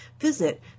visit